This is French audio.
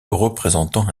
représentant